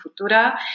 Futura